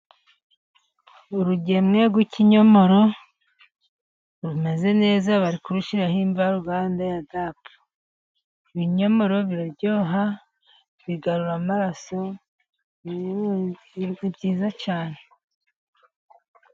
Urugemwe rw'ikinyomoro rumeze neza bari kurushyiraho imvaruganda ya dap, ibinyomoro biraryoha bigarura amaraso ni byiza cyane.